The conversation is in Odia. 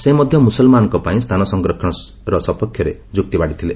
ସେ ମଧ୍ୟ ମୁସଲମାନ୍ମାନଙ୍କ ପାଇଁ ସ୍ଥାନ ସଂରକ୍ଷଣ ସପକ୍ଷରେ ଯୁକ୍ତି ବାଢ଼ିଥିଲେ